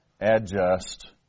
Adjust